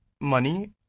money